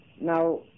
Now